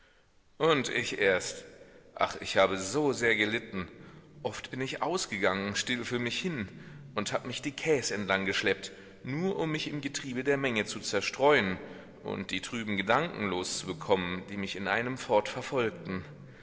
und ich erst ach ich habe so sehr gelitten oft bin ich ausgegangen still für mich hin und hab mich die kais entlang geschleppt nur um mich im getriebe der menge zu zerstreuen und die trüben gedanken loszubekommen die mich in einem fort verfolgten